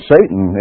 Satan